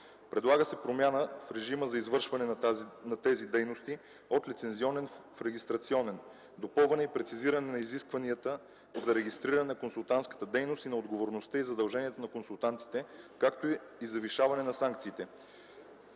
Предлага се промяна в режима за извършване на тези дейности – от лицензионен в регистрационен, допълване и прецизиране на изискванията за регистриране на консултантската дейност и на отговорността и задълженията на консултантите, както и завишаване на санкциите.